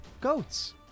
Goats